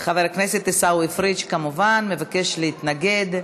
חבר הכנסת עיסאווי פריג' כמובן מבקש להתנגד.